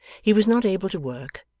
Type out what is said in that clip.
he was not able to work,